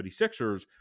76ers